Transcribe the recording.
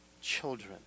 children